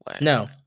No